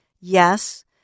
Yes